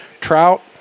Trout